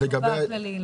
או בכללי?